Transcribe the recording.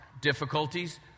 Difficulties